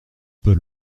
peu